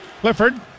Clifford